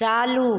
चालू